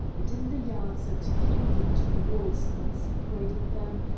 and in the yards and clinging to the walls that separated them,